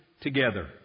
together